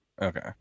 Okay